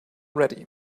ready